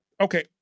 okay